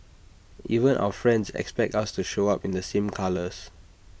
even our friends expect us to show up in the same colours